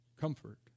comfort